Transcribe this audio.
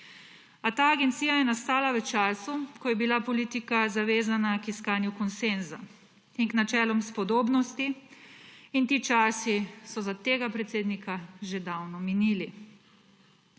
A ta agencija je nastala v času, ko je bila politika zavezana k iskanju konsenza in k načelom spodobnosti, in ti časi so za tega predsednika že davno minili.